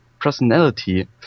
personality